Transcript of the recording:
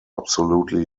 absolutely